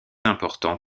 important